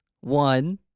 one